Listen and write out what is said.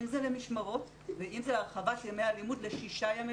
אם זה למשמרות ואם זה להרחבה של ימי הלימוד לשישה ימי